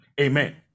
Amen